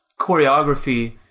choreography